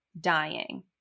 dying